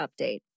update